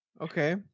okay